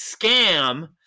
scam